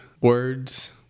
words